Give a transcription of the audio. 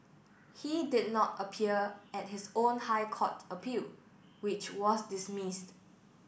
he did not appear at his own High Court appeal which was dismissed